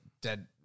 dead